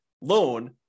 loan